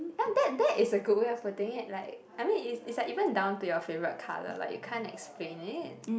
ya that that is a good way of putting it like I mean is is like even down to your favourite colour like you can't explain it